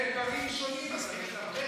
אלה שני דברים שונים, אז צריך לערבב?